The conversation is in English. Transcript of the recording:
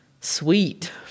sweet